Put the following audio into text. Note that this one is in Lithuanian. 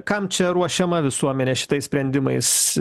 kam čia ruošiama visuomenė šitais sprendimais